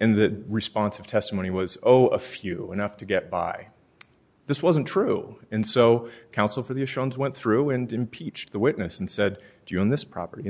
in that response of testimony was oh a few enough to get by this wasn't true and so counsel for the issuance went through and impeached the witness and said do you own this property in